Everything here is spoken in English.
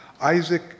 Isaac